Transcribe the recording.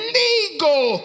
legal